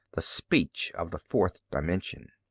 the speech of the fourth dimension.